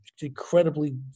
incredibly